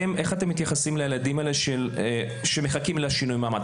איך אתם מתייחסים לילדים האלה שמחכים לשינוי המעמד?